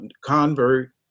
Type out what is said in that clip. convert